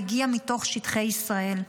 מגיע מתוך שטחי ישראל.